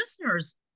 listeners